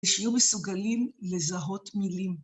שיהיו מסוגלים לזהות מילים.